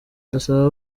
ndasaba